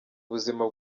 ubuzima